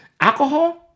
alcohol